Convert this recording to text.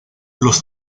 los